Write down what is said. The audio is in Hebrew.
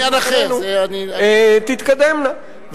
תתקדמנה.